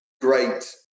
great